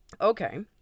okay